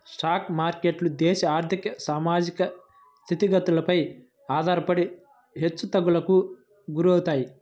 stock మార్కెట్లు దేశ ఆర్ధిక, సామాజిక స్థితిగతులపైన ఆధారపడి హెచ్చుతగ్గులకు గురవుతాయి